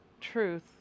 truth